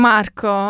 Marco